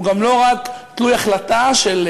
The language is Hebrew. הוא גם לא רק תלוי החלטה של,